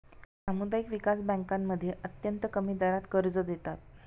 सामुदायिक विकास बँकांमध्ये अत्यंत कमी दरात कर्ज देतात